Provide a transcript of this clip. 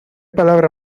palabra